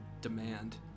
demand